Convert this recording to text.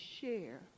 share